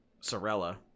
Sorella